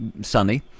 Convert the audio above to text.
sunny